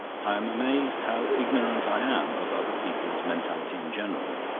i am amazed how ignorant i am of other people's mentality in general,